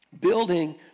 Building